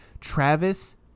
Travis